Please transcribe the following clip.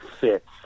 fits